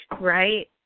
Right